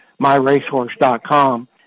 MyRacehorse.com